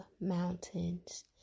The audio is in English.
mountains